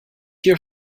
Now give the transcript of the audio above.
hier